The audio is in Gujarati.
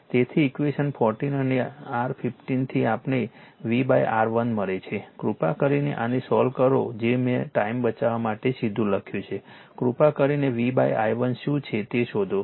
તેથી ઈક્વેશન 14 અને R15 થી આપણને VR1 મળે છે કૃપા કરીને આને સોલ્વ કરો જે મેં ટાઇમ બચાવવા માટે સીધું લખ્યું છે કૃપા કરીને V i1 શું છે તે શોધો